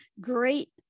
Great